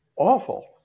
awful